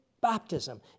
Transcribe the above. Baptism